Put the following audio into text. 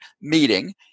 meeting